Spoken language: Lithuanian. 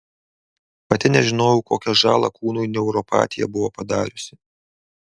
pati nežinojau kokią žalą kūnui neuropatija buvo padariusi